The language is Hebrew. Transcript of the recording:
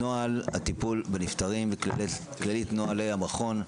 נוהל הטיפול בנפטרים וכללי נוהלי המכון,